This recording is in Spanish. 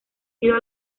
sido